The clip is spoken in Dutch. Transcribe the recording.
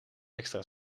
extra